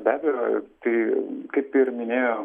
be abejo tai kaip ir minėjo